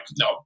no